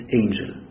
angel